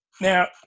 now